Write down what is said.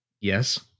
Yes